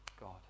God